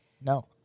No